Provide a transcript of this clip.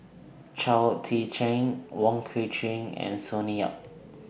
Chao Tzee Cheng Wong Kwei Cheong and Sonny Yap